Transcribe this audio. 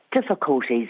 Difficulties